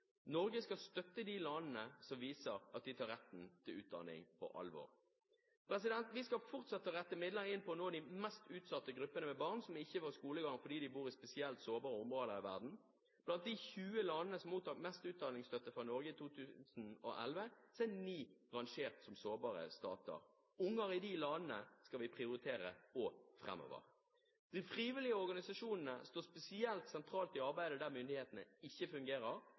Norge skal støtte de landene som viser at de tar retten til utdanning på alvor. Vi skal fortsette å rette midler inn mot de mest utsatte gruppene av barn som ikke får skolegang fordi de bor i spesielt sårbare områder av verden. Blant de 20 landene som mottar mest utdanningsstøtte fra Norge i 2011, er ni rangert som sårbare stater. Unger i de landene skal vi prioritere også framover. De frivillige organisasjonene står spesielt sentralt i arbeidet der myndighetene ikke fungerer,